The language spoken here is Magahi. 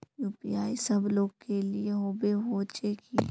यु.पी.आई सब लोग के लिए होबे होचे की?